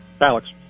Alex